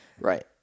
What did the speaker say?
Right